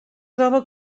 troba